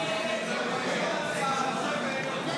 ולכן הממשלה עוד לא